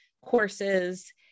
courses